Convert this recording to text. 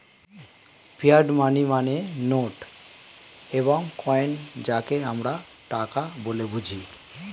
fiat money মানে note এবং coin যাকে আমরা টাকা বলে বুঝি